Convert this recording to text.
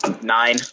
Nine